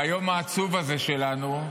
ביום העצוב הזה שלנו,